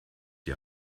die